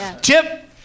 Chip